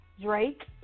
Drake